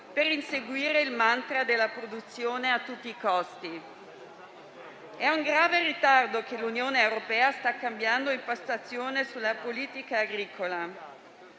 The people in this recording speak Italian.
per inseguire il mantra della produzione a tutti i costi. È con grave ritardo che l'Unione europea sta cambiando impostazione sulla politica agricola;